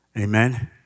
Amen